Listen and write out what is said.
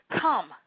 come